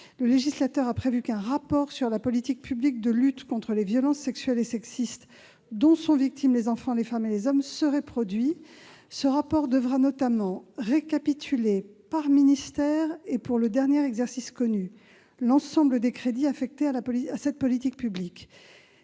Le législateur a prévu qu'un rapport sur la politique publique de lutte contre les violences sexuelles et sexistes dont sont victimes les enfants, les femmes et les hommes serait élaboré. Ce rapport devra notamment récapituler, par ministère et pour le dernier exercice connu, l'ensemble des crédits affectés à cette politique publique,